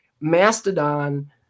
Mastodon